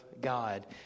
God